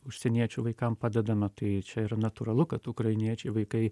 užsieniečių vaikam padedame tai čia yra natūralu kad ukrainiečiai vaikai